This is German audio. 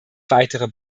weitere